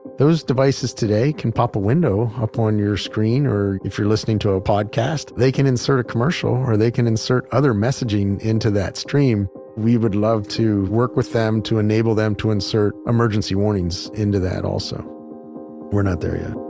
those devices today can pop a window up on your screen or if you're listening to a podcast, they can insert a commercial or they can insert other messaging into that stream. we would love to work with them to enable them to insert emergency warnings into that also we're not there yet